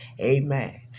Amen